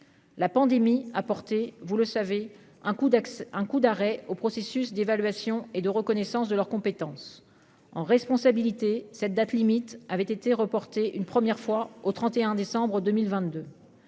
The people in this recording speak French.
la pandémie a porté, vous le savez, un coup d'un coup d'arrêt au processus d'évaluation et de reconnaissance de leurs compétences en responsabilité cette date limite avait été reporté une première fois au 31 décembre 2022,